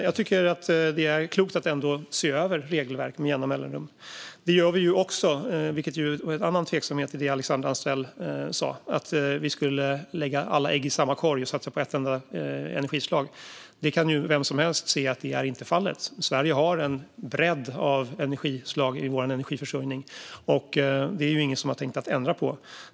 Jag tycker alltså att det är klokt att se över regelverken med jämna mellanrum. Det gör vi också, och här finns en annan tveksamhet i det Alexandra Anstrell sa: att vi skulle lägga alla ägg i samma korg och satsa på ett enda energislag. Vem som helst kan se att så inte är fallet. Sverige har en bredd av energislag i sin energiförsörjning. Det är ingen som har tänkt ändra på detta.